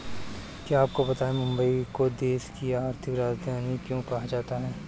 क्या आपको पता है मुंबई को देश की आर्थिक राजधानी क्यों कहा जाता है?